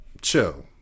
chill